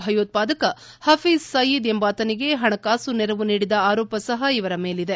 ಭಯೋತ್ವಾದಕ ಹಫೀಸ್ ಸಯೀದ್ ಎಂಬಾತನಿಗೆ ಹಣಕಾಸು ನೆರವು ನೀಡಿದ ಆರೋಪ ಸಹ ಇವರ ಮೇಲಿದೆ